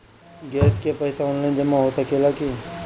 Gas के पइसा online जमा हो सकेला की?